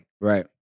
Right